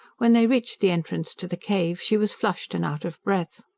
when they reached the entrance to the cave, she was flushed and out of breath.